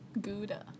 Gouda